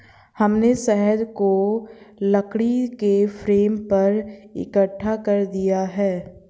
हमने शहद को लकड़ी के फ्रेम पर इकट्ठा कर दिया है